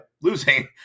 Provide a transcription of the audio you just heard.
losing